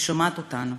היא שומעת אותנו,